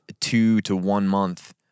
two-to-one-month